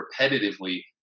repetitively